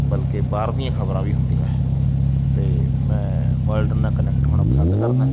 ਬਲਕਿ ਬਾਹਰ ਦੀਆਂ ਖ਼ਬਰਾਂ ਵੀ ਹੁੰਦੀਆਂ ਅਤੇ ਮੈਂ ਵਰਲਡ ਨਾਲ਼ ਕਨੈਕਟ ਹੋਣਾ ਪਸੰਦ ਕਰਦਾ